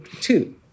two